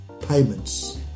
payments